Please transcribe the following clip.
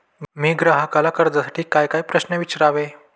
मी ग्राहकाला कर्जासाठी कायकाय प्रश्न विचारावे?